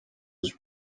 was